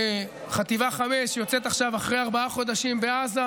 חטיבה 5 יוצאת עכשיו אחרי ארבעה חודשים בעזה,